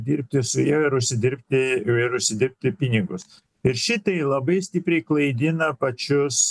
dirbti su ja ir užsidirbti ir užsidirbti pinigus ir šitai labai stipriai klaidina pačius